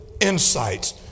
insights